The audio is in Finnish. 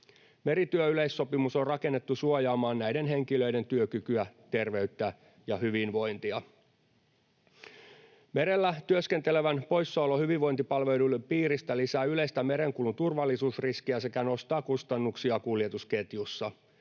Merityöyleissopimus on rakennettu suojaamaan näiden henkilöiden työkykyä, terveyttä ja hyvinvointia. Merellä työskentelevän poissaolo hyvinvointipalveluiden piiristä lisää yleistä merenkulun turvallisuusriskiä sekä nostaa kustannuksia kuljetusketjussa.